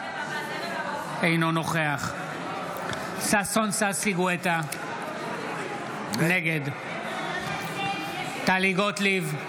אינו נוכח ששון ששי גואטה, נגד טלי גוטליב,